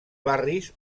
barris